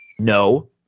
No